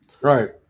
Right